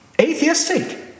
atheistic